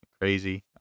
crazy